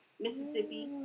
Mississippi